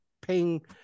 paying